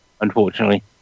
unfortunately